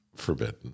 forbidden